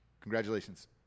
Congratulations